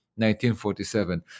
1947